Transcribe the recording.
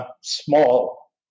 small